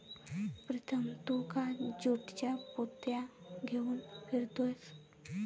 प्रीतम तू का ज्यूटच्या पोत्या घेऊन फिरतोयस